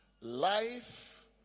life